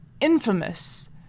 infamous